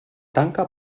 tanca